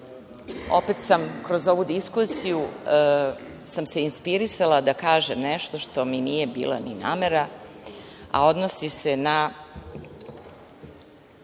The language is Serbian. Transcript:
opet sam se kroz ovu diskusiju inspirisala da kažem nešto što mi nije bila ni namera, a odnosi se na